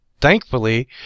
Thankfully